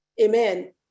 amen